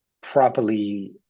properly